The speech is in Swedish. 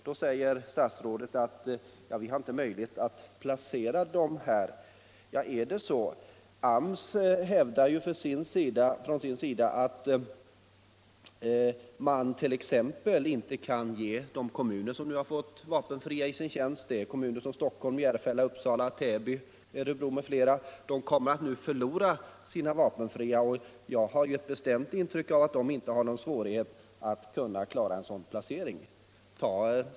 Då säger statsrådet att vi inte har möjlighet att placera dessa vapenfria. Ja, är det så? AMS hävdar ju för sin del att t.ex. de kommuner som har fått vapenfria i sin tjänst — Stockholm, Järfälla, Uppsala. Täby, Örebro m.fl. — nu kommer att förlora sina vapenfria. Jag har ett bestämt intryck av att dessa kommuner inte har någon svårighet att klara en sådan placering.